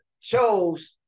chose